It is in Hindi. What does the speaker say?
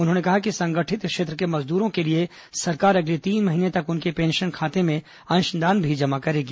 उन्होंने कहा कि संगठित क्षेत्र के मजदूरों के लिए सरकार अगले तीन महीने तक उनके पेंशन खाते में अंशदान भी जमा करेगी